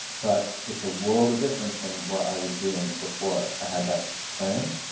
but it's a world of difference than what i was doing before i had that plan.